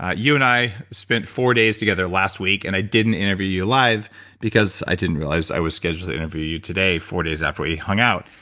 ah you and i spent four days together last week and i didn't interview you live because i didn't realize i was scheduled to interview you today, four days after we hung out.